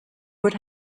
would